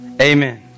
Amen